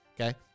Okay